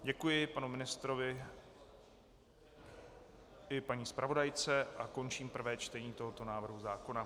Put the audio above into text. Děkuji panu ministrovi i paní zpravodajce a končím prvé čtení tohoto návrhu zákona.